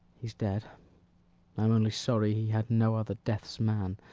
he's dead i am only sorry he had no other death's-man.